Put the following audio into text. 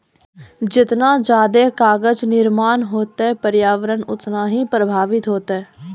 जतना जादे कागज निर्माण होतै प्रर्यावरण उतना ही प्रभाबित होतै